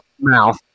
mouth